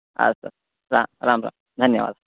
अस्तु रा राम राम धन्यवादः